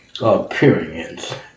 appearance